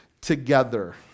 together